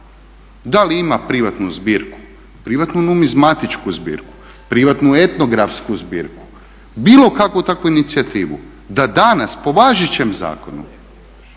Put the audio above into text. Da li ima privatnu zbirku, privatnu numizmatičku zbirku, privatnu etnografsku zbirku, bilo kakvu takvu inicijativu da danas po važećem zakonu